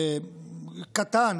קטן,